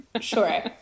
sure